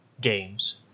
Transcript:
games